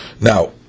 Now